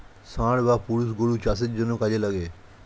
ষাঁড় বা পুরুষ গরু চাষের জন্যে কাজে লাগে